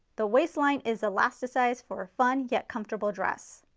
the waistline is elasticized for fun yet comfortable dress.